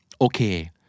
okay